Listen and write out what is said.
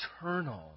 eternal